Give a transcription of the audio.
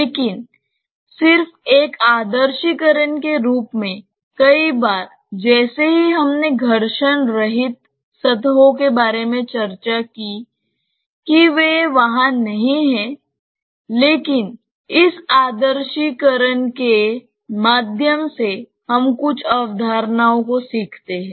लेकिन सिर्फ एक आदर्शीकरण के रूप में कई बार जैसे ही हमने घर्षण रहित सतहों के बारे में चर्चा की कि वे वहां नहीं हैं लेकिन इस आदर्शीकरण के माध्यम से हम कुछ अवधारणाओं को सीखते हैं